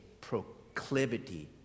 proclivity